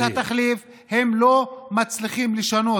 את התחליף, הם לא מצליחים לשנות.